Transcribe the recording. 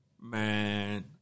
Man